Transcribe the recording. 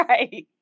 Right